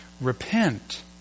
Repent